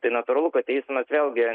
tai natūralu kad teismas vėlgi